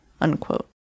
unquote